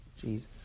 Jesus